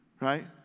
right